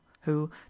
who